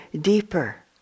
deeper